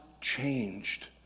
changed